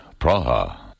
Praha